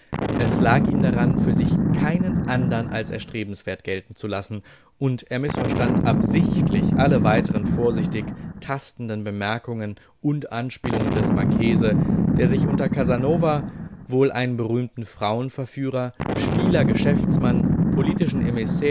es lag ihm daran für sich keinen andern als erstrebenswert gelten zu lassen und er mißverstand absichtlich alle weiteren vorsichtig tastenden bemerkungen und anspielungen des marchese der sich unter casanova wohl einen berühmten frauenverführer spieler geschäftsmann politischen